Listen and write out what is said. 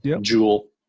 Jewel